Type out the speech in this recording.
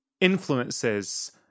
influences